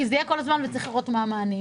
זה יהיה כל הזמן וצריך לראותך מה המענה.